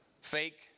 Fake